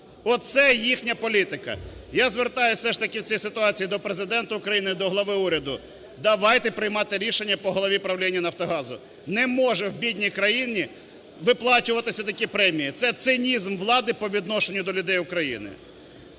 Оце їхня політика. Я звертаюсь все ж таки в цій ситуації до Президента України, до глави уряду: давайте приймати рішення по голові правління "Нафтогазу". Не можуть в бідній країні виплачуватися такі премії. Це цинізм влади по відношенню до людей України.